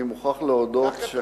אני מוכרח להודות,